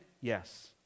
Yes